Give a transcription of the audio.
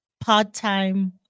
part-time